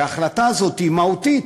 וההחלטה הזאת היא מהותית,